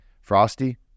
Frosty